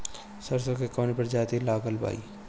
सरसो की कवन प्रजाति लगावल जाई?